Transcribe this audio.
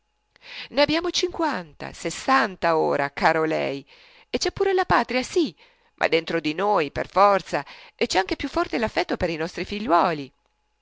ne abbiamo cinquanta sessanta ora caro lei e c'è pure la patria sì ma dentro di noi per forza c'è anche più forte l'affetto per i nostri figliuoli